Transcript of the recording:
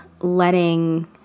letting